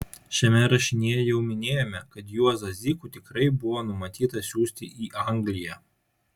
šiame rašinyje jau minėjome kad juozą zykų tikrai buvo numatyta siųsti į angliją